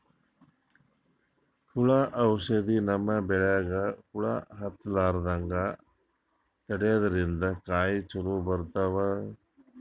ಹುಳ್ದು ಔಷಧ್ ನಮ್ಮ್ ಬೆಳಿಗ್ ಹುಳಾ ಹತ್ತಲ್ಲ್ರದಂಗ್ ತಡ್ಯಾದ್ರಿನ್ದ ಕಾಯಿ ಚೊಲೋ ಬರ್ತಾವ್